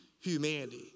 humanity